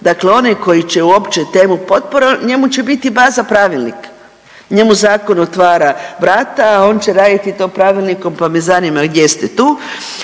Dakle, onaj koji će uopće temu potpora njemu će biti baza pravilni, njemu zakon otvara vrata, a on će raditi to pravilnikom, pa me zanima gdje ste tu.